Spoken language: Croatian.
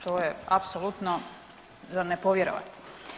To je apsolutno za ne povjerovati.